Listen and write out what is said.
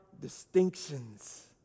distinctions